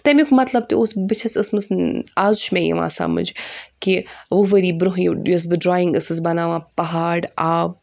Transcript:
تمیُک مَطلَب تہِ اوس بہٕ چھَس ٲسمٕژ آز چھُ مےٚ یِوان سَمٕجھ کہِ وُہ ؤری برونٛہہ یور یۄس بہٕ ڈرایِنٛگ ٲسٕس بَناوان پہاڑ آب